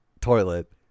toilet